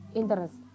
interest